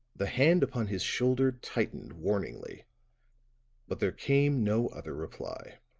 the hand upon his shoulder tightened warningly but there came no other reply.